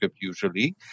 usually